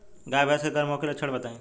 गाय भैंस के गर्म होखे के लक्षण बताई?